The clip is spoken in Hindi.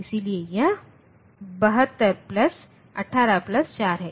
इसलिए वह 72 प्लस 18 प्लस 4 है